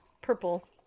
purple